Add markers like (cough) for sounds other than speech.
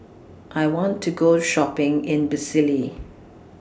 I want to Go Shopping in (unintelligible)